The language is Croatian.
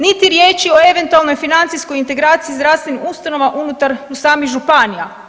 Niti riječi o eventualnoj financijskoj integraciji zdravstvenih ustanova unutar samih županija.